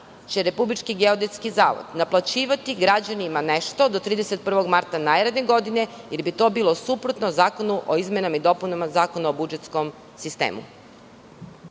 da li će RGZ naplaćivati građanima nešto do 31. marta naredne godine, jer bi to bilo suprotno Zakonu o izmenama i dopunama Zakona o budžetskom sistemu.